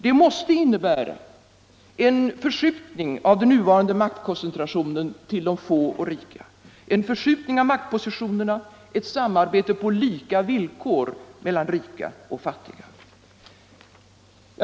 Det måste innebära en uppmjukning av den nuvarande maktkoncentrationen till de få och rika, en förskjutning av maktpositionerna, ett samarbete på lika villkor mellan rika och fattiga.